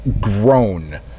grown